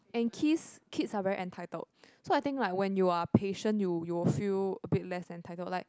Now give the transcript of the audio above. and kiss kids are very entitled so I think like when you're patient you you'll feel a bit less entitled like